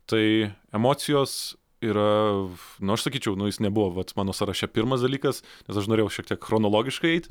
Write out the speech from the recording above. tai emocijos yra nu aš sakyčiau nu jis nebuvo vat mano sąraše pirmas dalykas nes aš norėjau šiek tiek chronologiškai eit